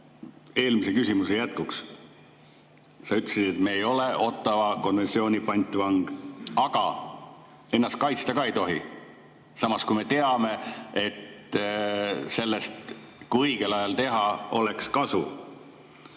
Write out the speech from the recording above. Eelmise küsimuse jätkuks. Sa ütlesid, et me ei ole Ottawa konventsiooni pantvang, aga ennast kaitsta ka ei tohi. Samas me teame, et kui õigel ajal teha, siis